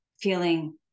feeling